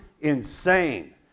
insane